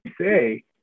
say